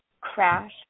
Crash